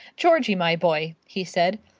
georgie, my boy, he said,